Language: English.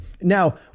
Now